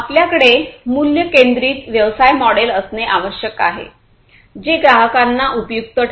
आपल्याकडे मूल्य केंद्रित व्यवसाय मॉडेल असणे आवश्यक आहे जे ग्राहकांना उपयुक्त ठरेल